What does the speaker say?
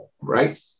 right